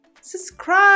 subscribe